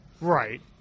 Right